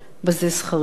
בזה שכרנו.